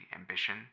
ambition